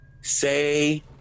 Say